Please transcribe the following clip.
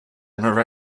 runner